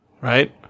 right